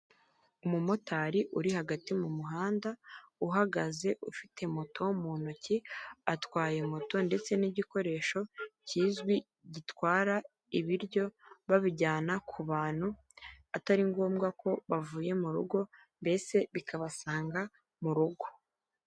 Umumotari uri hagati mu muhanda uhagaze ufite moto mu ntoki, atwaye moto ndetse n'igikoresho kizwi gitwara ibiryo, babijyana ku bantu atari ngombwa ko bavuye mu rugo, mbese bikabasanga mu rugo.